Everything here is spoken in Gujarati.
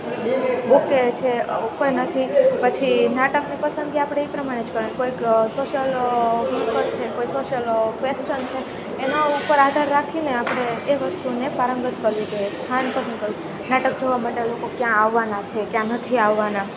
ઓકે છે કોઈ નથી પછી નાટકની પસંદગી આપણે એ પ્રમાણે જ કરવાની કોઈક સોશિયલ વર્કર છે કોઈ સોશિયલ ક્વેસ્ચન છે એના ઉપર આધાર રાખીને આપણે એ વસ્તુને પારંગત કરવી જોઈએ સ્થાન પસંદ કરવું નાટક જોવા માટે લોકો ક્યાં આવવાના છે ક્યાં નથી આવવાના